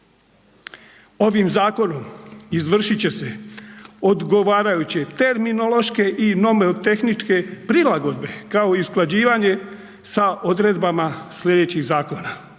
Ovim zakonom izvršiti će se odgovarajuće terminološke i nomotehničke prilagodbe kao i usklađivanje sa odredbama sljedećih zakona: